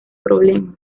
problemas